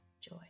Joy